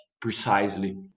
precisely